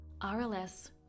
RLS